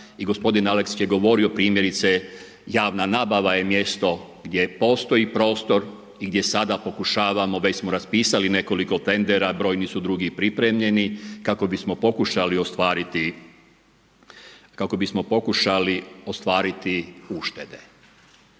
I gospodin Aleksić je govorio primjerice, javna nabava je mjesto gdje postoji prostor i gdje sada pokušavamo već smo raspisali nekoliko tendera, brojni su drugi pripremljeni kako bi smo pokušali ostvariti uštede.